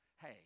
hey